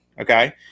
okay